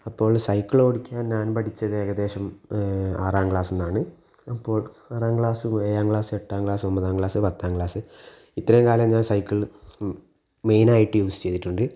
അപ്പോൾ സൈക്കിൾ ഓടിക്കാൻ ഞാൻ പഠിച്ചത് ഏകദേശം ആറാം ക്ലാസിൽ നിന്നാണ് അപ്പോൾ ആറാം ക്ലാസും ഏഴാം ക്ലാസ് എട്ടാം ക്ലാസ് ഒൻപതാം ക്ലാസ് പത്താം ക്ലാസ് ഇത്രയും കാലം ഞാൻ സൈക്കിൾ മെയിനായിട്ട് യൂസ് ചെയ്തിട്ടുണ്ട്